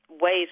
ways